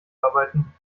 arbeiten